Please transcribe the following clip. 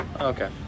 Okay